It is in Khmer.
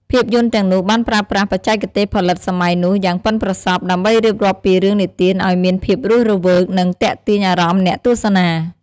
ភាពយន្តទាំងនោះបានប្រើប្រាស់ បច្ចេកទេសផលិតសម័យនោះ យ៉ាងប៉ិនប្រសប់ ដើម្បីរៀបរាប់ពីរឿងនិទានឲ្យមានភាពរស់រវើក និងទាក់ទាញអារម្មណ៍អ្នកទស្សនា។